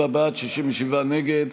37 בעד, 65 נגד.